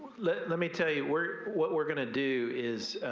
let let me tell you we're what we're gonna do is